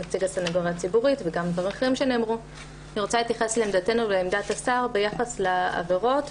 אני רוצה להתייחס לעמדתנו ולעמדת השר ביחס לעבירות,